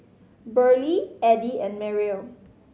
Burley Eddie and Mariel